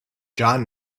john